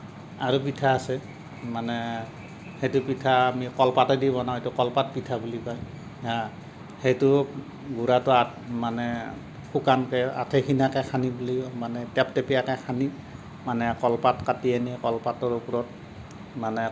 আৰু পিঠা আছে মানে সেইটো পিঠা আমি কলপাতেদি বনাওঁ কলপাত পিঠা বুলি কয় সেইটো গুড়াটো মানে শুকানকে আঠিশিঙাকে সানি বুলি মানে টেপটেপীয়াকে সানি মানে কলপাত কাটি আনি কলপাতৰ ওপৰত